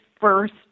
first